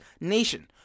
nation